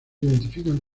identifican